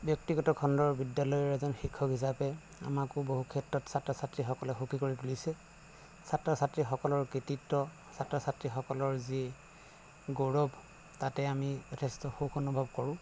ব্যক্তিগত খণ্ডৰ বিদ্যালয়ৰ এজন শিক্ষক হিচাপে আমাকো বহু ক্ষেত্ৰত ছাত্ৰ ছাত্ৰীসকলে সুখী কৰি তুলিছে ছাত্ৰ ছাত্ৰীসকলৰ কৃতিত্ব ছাত্ৰ ছাত্ৰীসকলৰ যি গৌৰৱ তাতে আমি যথেষ্ট সুখ অনুভৱ কৰোঁ